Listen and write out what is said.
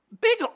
big